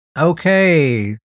Okay